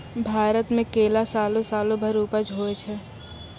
भारत मे केला सालो सालो भर उपज होय छै